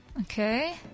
Okay